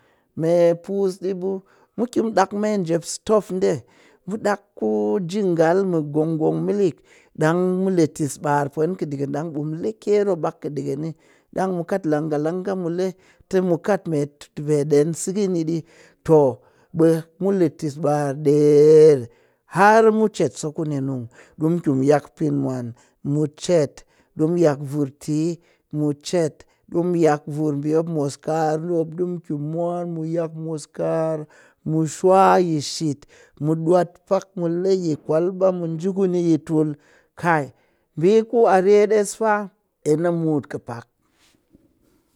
Me puss ɗi ɓe mu ki mu ɗak me njep stov ɗe mu ɗak ku jingal mɨ gongong milik ɗang mu le tis ɓaar pwen kɨɗikɨn ni ɗang mu le kero ɓak ki ɗikɨn ni ɗang mu kat langa langa mu le tɨmu kat me pe ɗen sikɨni ɗi too ɓe mu tis ɓaar ɗeer har mu chet so kuni nung, ɗimu ki mu yak pimwan mu chet ɗimu yak vurtii mu chet ɗimu yak vur ɓi mop moskar ɗe mop ɗi mu ki mu mwan mu yak moskar mu shwa yi shit ɗi mu ɗwat pak mule yi kwalbla mu nji kuni yi tul kai biiku a rye ɗes fa enna mut kɨ pak.